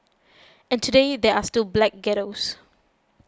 and today there are still black ghettos